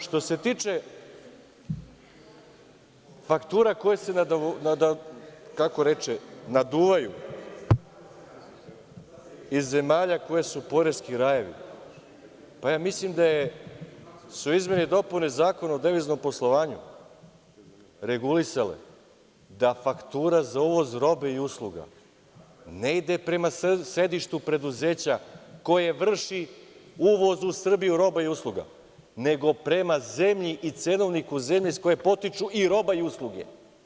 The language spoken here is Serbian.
Što se tiče faktura koje se naduvaju iz zemalja koji su poreski rajevi, mislim da su izmeni i dopuni Zakona o deviznom poslovanju regulisale da faktura za uvoz robe i usluga, ne ide prema sedištu preduzeća, koje vrši uvoz u Srbiju roba i usluga, nego prema zemlji i cenovniku zemlje iz koje potiču i roba i usluge.